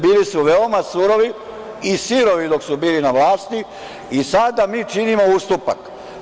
Bili su veoma surovi i sirovi dok su bili na vlasti, i sada mi činimo ustupak.